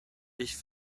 ich